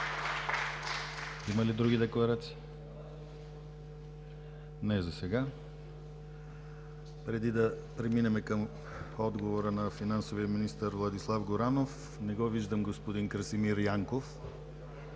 Има ли други декларации? Не, засега. Преди да преминем към отговора на финансовия министър Владислав Горанов – не виждам Красимир Янков,